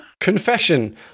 Confession